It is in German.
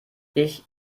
ich